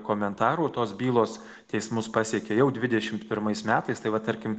komentarų tos bylos teismus pasiekė jau dvidešimt pirmais metais tai va tarkim